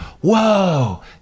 Whoa